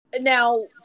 Now